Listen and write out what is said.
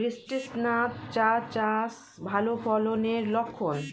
বৃষ্টিস্নাত চা গাছ ভালো ফলনের লক্ষন